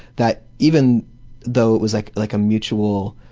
that even though it was like like a mutual,